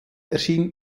erschien